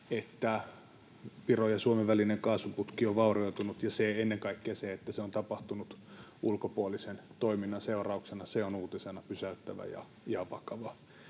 että Viron ja Suomen välinen kaasuputki on vaurioitunut, ennen kaikkea se, että se on tapahtunut ulkopuolisen toiminnan seurauksena, on uutisena pysäyttävä ja vakava.